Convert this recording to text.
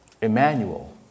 Emmanuel